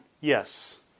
Yes